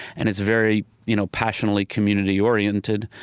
and it's very you know passionately community-oriented,